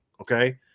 Okay